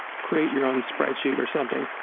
create your own spreadsheet, or something.